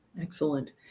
Excellent